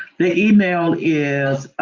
the email is